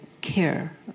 care